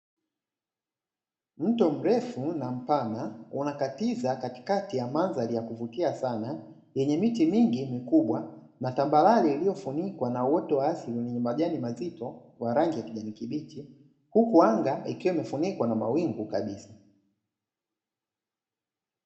Mto mrefu na mpana, unakatiza katikati ya mandhari ya kuvutia sana yenye miti mingi mikubwa na tambarare, uliofunikwa na uoto wa asili wenye majani mazito yenye rangi ya kijani kibichi, huku anga likiwa limefunikwa na mawingu kabisa.